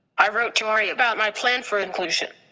i wrote to ari about my plan for inclusion.